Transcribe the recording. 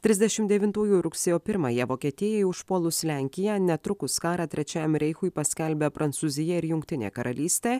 trisdešim devintųjų rugsėjo pirmąją vokietijai užpuolus lenkiją netrukus karą trečiajam reichui paskelbė prancūzija ir jungtinė karalystė